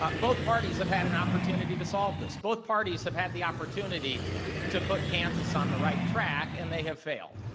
um both parties have had an opportunity to solve this. both parties have had the opportunity to put kansas on the right track and they have failed.